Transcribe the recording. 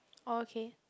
oh okay